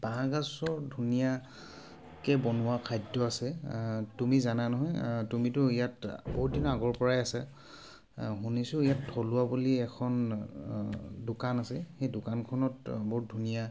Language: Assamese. বাঁহগাজৰ ধুনীয়াকৈ বনোৱা খাদ্য আছে তুমি জানা নহয় তুমিটো ইয়াত বহুত দিনৰ আগৰ পৰাই আছা শুনিছোঁ ইয়াত থলুৱা বুলি এখন দোকান আছে সেই দোকানখনত বহুত ধুনীয়া